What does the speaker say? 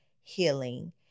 healing